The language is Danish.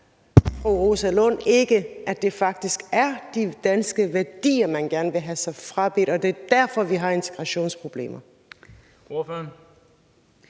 fru Rosa Lund ikke, at det faktisk er de danske værdier, man gerne vil have sig frabedt, og at det er derfor, vi har integrationsproblemer?